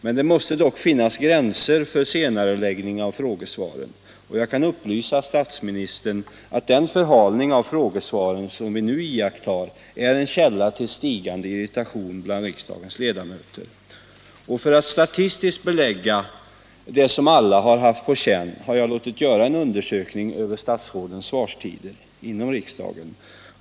Men det måste finnas gränser för senareläggningen av frågesvaren. Jag kan upplysa statsministern om att den förhalning av frågesvaren som vi nu iakttar är en källa till stigande irritation bland riksdagens ledamöter. För att statistiskt belägga det som alla har på känn har jag låtit göra en undersökning över statsrådens svarstider inom riksdagen.